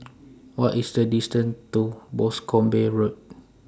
What IS The distance to Boscombe Road